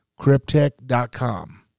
Cryptech.com